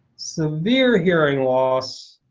severe hearing loss,